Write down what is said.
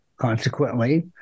Consequently